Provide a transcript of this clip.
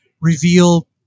reveal